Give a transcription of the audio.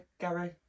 Gary